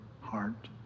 heart